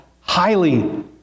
highly